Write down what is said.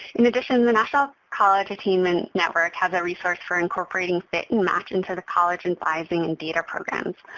in addition, the national college attainment network has a resource for incorporating fit and match into the college advising and data programs.